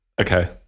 Okay